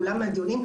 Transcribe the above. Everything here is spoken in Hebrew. לאולם הדיונים,